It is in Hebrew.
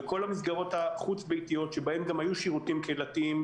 בכל המסגרות החוץ ביתיות שבהן היו גם שירותים קהילתיים,